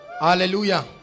hallelujah